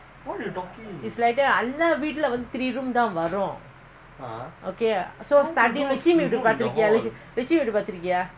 லட்சுமிவீடுபாத்ருக்கியயாலட்சுமிவீடுலட்சுமிவீடு:latchumi veedu paathrukkiyaa latchumi veedu latchumi veedu